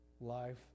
life